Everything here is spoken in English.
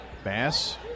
Bass